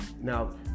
Now